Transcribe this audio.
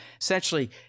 essentially